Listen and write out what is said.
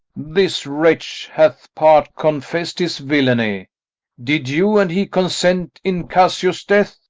this wretch hath part confess'd his villany did you and he consent in cassio's death?